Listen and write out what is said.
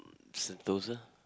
Sentosa